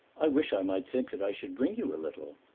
i wish i might think that i should bring you a little.